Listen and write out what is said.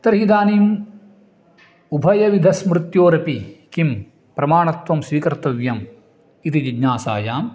तर्हि इदानीम् उभयविधस्मृत्योरपि किं प्रमाणत्वं स्वीकर्तव्यम् इति जिज्ञासायां